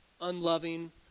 unloving